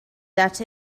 that